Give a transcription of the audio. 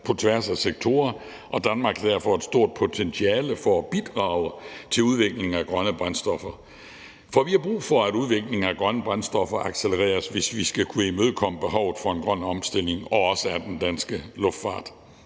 på tværs af sektorer, og Danmark har derfor et stort potentiale for at bidrage til udviklingen af grønne brændstoffer. For vi har brug for, at udviklingen af grønne brændstoffer accelereres, hvis vi både skal kunne imødekomme behovet for en grøn omstilling og også have en dansk luftfart.